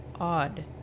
odd